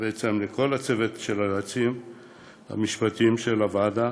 ובעצם לכל הצוות של היועצים המשפטיים של הוועדה.